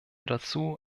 dazu